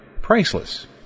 priceless